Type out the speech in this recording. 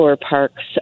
parks